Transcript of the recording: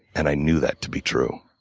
and i knew that to be true.